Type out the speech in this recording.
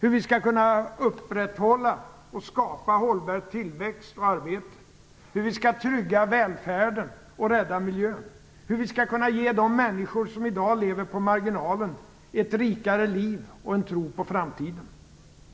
hur vi skall kunna upprätthålla och skapa hållbar tillväxt och arbete, hur vi skall kunna trygga välfärden och rädda miljön, hur vi skall kunna ge de människor som i dag lever på marginalen ett rikare liv och en tro på framtiden.